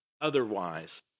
otherwise